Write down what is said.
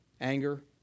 anger